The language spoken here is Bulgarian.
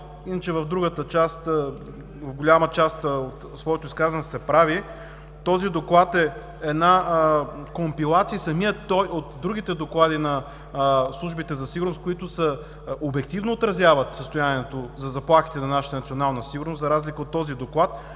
президента. В голяма част от своето изказване сте прави. Този доклад е компилация от другите доклади на службите за сигурност, които обективно отразяват състоянието за заплахите на нашата национална сигурност, за разлика от този доклад.